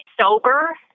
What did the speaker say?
sober